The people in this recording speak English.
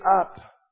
up